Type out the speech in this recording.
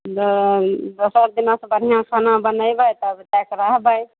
दोसर दिना सँ बढ़िआँ खाना बनैबै तब जाए कऽ रहबै